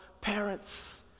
parents